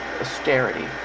Austerity